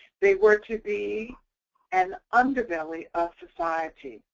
they were to be an underbelly of society,